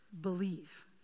believe